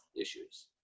issues